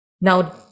Now